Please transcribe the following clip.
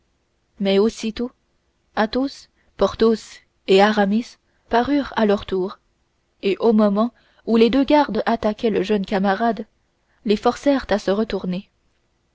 mais aussitôt athos porthos et aramis parurent à leur tour et au moment où les deux gardes attaquaient leur jeune camarade les forcèrent à se retourner